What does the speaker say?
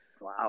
Wow